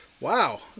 Wow